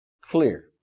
clear